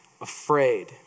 afraid